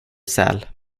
säl